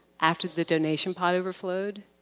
after the donation pot overflowed,